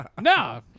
No